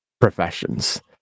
professions